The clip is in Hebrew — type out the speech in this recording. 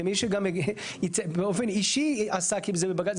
כמי שגם ייצג באופן אישי עסק עם זה בבג"ץ.